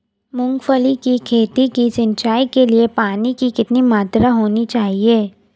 मूंगफली की खेती की सिंचाई के लिए पानी की कितनी मात्रा होनी चाहिए?